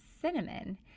cinnamon